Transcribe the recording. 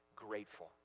grateful